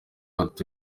afite